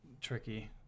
tricky